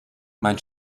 mein